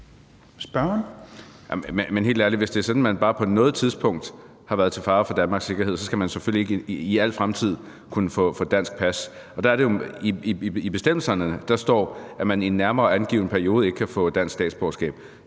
man bare på noget tidspunkt har været til fare for Danmarks sikkerhed, skal man selvfølgelig ikke i al fremtid kunne få et dansk pas, og der er det jo, det i bestemmelserne står, at man i en nærmere angiven periode ikke kan få dansk statsborgerskab.